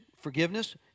forgiveness